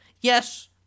Yes